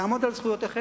לעמוד על זכויותיכם?